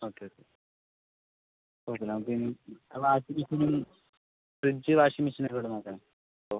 okay okay okay നമുക്കിനി washing മെഷീനും fridge washing മെഷീന് ഒക്കെ കൂടി നോക്കാമല്ലോ ഓ